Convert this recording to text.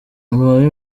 lomami